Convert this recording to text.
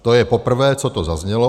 To je poprvé, co to zaznělo.